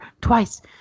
twice